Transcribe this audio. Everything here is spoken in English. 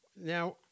Now